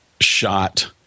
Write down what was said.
shot